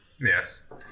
Yes